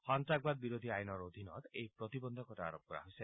সন্তাসবাদী বিৰোধী আইনৰ অধীনত এই প্ৰতিবধ্ধকতা আৰোপ কৰা হৈছে